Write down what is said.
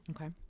Okay